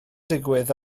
digwydd